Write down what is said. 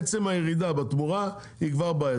עצם הירידה בתמורה היא כבר בעייתית.